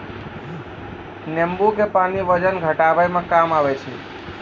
नेंबू के पानी वजन घटाबै मे काम आबै छै